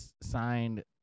signed